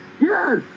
yes